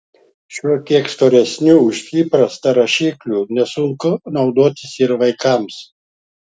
šiuo kiek storesniu už įprastą rašikliu nesunku naudotis ir vaikams